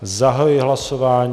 Zahajuji hlasování.